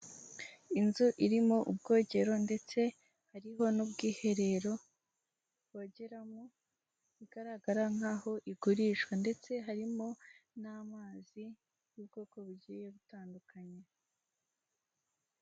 Inzu irimo ubwogero ndetse hariho n'ubwiherero bogeramo igaragara nk'aho igurishwa ndetse harimo n'amazi y'ubwoko bugiye butandukanye.